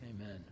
Amen